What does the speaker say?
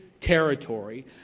territory